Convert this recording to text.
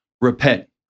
Repent